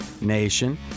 nation